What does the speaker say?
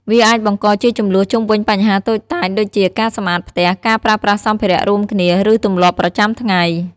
វាអាចបង្កជាជម្លោះជុំវិញបញ្ហាតូចតាច ដូចជាការសម្អាតផ្ទះ ការប្រើប្រាស់សម្ភារៈរួមគ្នា ឬទម្លាប់ប្រចាំថ្ងៃ។